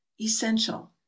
Essential